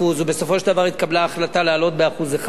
ובסופו של דבר התקבלה החלטה להעלות ב-1%.